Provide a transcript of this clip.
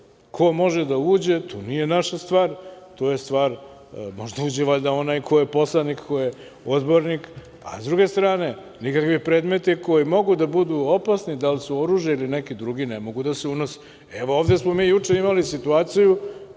Ko može da uđe, to nije naša stvar, to je stvar, može da uđe valjda onaj ko je poslanik, ko je odbornik. S druge strane, nikakvi predmeti koji mogu da budu opasni, da li su oružje ili neki drugi, ne mogu da se unose. Evo ovde smo mi juče imali situaciju,